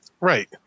Right